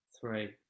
Three